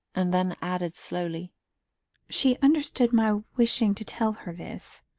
and then added slowly she understood my wishing to tell her this.